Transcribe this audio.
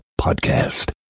Podcast